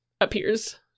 appears